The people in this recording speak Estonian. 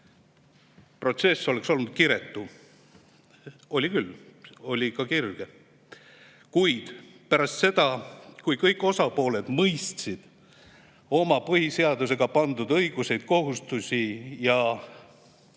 protsess oleks olnud kiretu. Oli ka kirge. Kuid pärast seda, kui kõik osapooled mõistsid neile põhiseadusega pandud õigusi, kohustusi ja